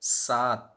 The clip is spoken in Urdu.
سات